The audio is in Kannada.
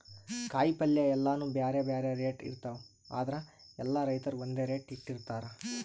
ಕಾಯಿಪಲ್ಯ ಎಲ್ಲಾನೂ ಬ್ಯಾರೆ ಬ್ಯಾರೆ ರೇಟ್ ಇರ್ತವ್ ಆದ್ರ ಎಲ್ಲಾ ರೈತರ್ ಒಂದ್ ರೇಟ್ ಇಟ್ಟಿರತಾರ್